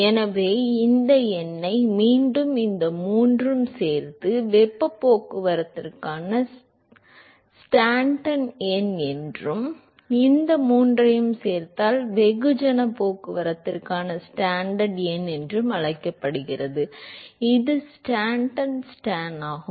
எனவே இந்த எண்ணை மீண்டும் இந்த மூன்றும் சேர்த்து வெப்பப் போக்குவரத்திற்கான ஸ்டாண்டன் எண் என்றும் இந்த மூன்றையும் சேர்த்தால் வெகுஜனப் போக்குவரத்திற்கான ஸ்டாண்டன் எண் என்று அழைக்கப்படுகிறது இது ஸ்டாண்டன் ஸ்டான் ஆகும்